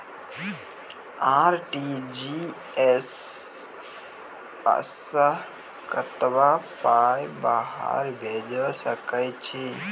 RTGS सअ कतबा पाय बाहर भेज सकैत छी?